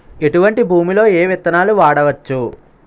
ఎటువంటి భూమిలో ఏ విత్తనాలు వాడవచ్చు?